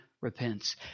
repents